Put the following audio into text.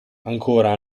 ancora